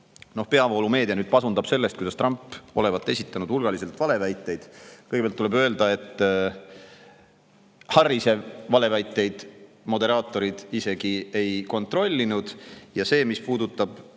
peavoolumeedia pasundab sellest, kuidas Trump olevat esitanud hulgaliselt valeväiteid. Kõigepealt tuleb öelda, et Harrise valeväiteid moderaatorid isegi ei kontrollinud. Ja see, et Trump